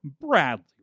Bradley